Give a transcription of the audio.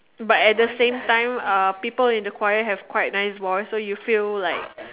but at the same time uh people in the choir have quite nice voice so you feel like